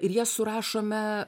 ir jas surašome